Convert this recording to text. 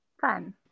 fun